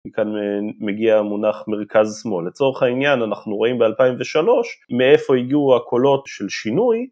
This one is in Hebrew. וכאן מגיע מונח מרכז שמאל. לצורך העניין, אנחנו רואים ב-2003 מאיפה הגיעו הקולות של שינוי.